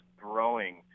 growing